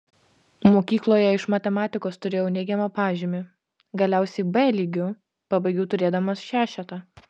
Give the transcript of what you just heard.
mokykloje iš matematikos turėjau neigiamą pažymį galiausiai b lygiu pabaigiau turėdamas šešetą